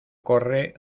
corre